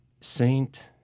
Saint